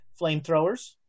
flamethrowers